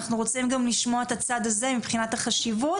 אנחנו רוצים גם לשמוע את הצד הזה, מבחינת החשיבות.